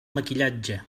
maquillatge